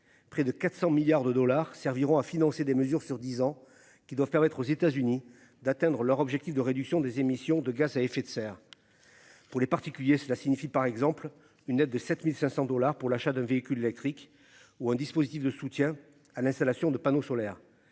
Près de 400 milliards de dollars serviront à financer des mesures sur 10 ans, qui doivent permettre aux États-Unis d'atteindre leur objectif de réduction des émissions de gaz à effet de serre. Pour les particuliers, cela signifie par exemple une aide de 7500 dollars pour l'achat d'un véhicule électrique ou un dispositif de soutien à l'installation de panneaux solaires.